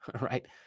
right